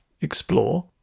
explore